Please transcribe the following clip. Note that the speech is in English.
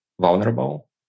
vulnerable